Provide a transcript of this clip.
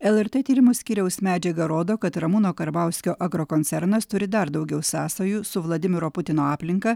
lrt tyrimų skyriaus medžiaga rodo kad ramūno karbauskio agrokoncernas turi dar daugiau sąsajų su vladimiro putino aplinka